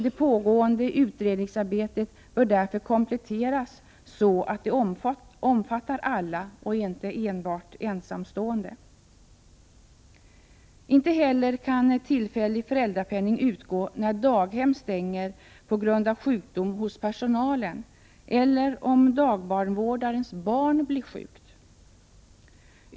Det pågående utredningsarbetet bör därför kompletteras så, att det omfattar alla föräldrar och inte enbart ensamstående. Inte heller kan tillfällig föräldrapenning utgå när daghem stänger på grund av sjukdom hos personalen eller om dagbarnvårdarens barn är sjukt.